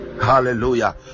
Hallelujah